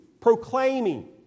proclaiming